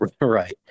right